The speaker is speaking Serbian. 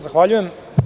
Zahvaljujem.